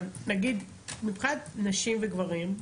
אבל נגיד מבחינת נשים וגברים?